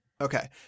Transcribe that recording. Okay